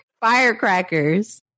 firecrackers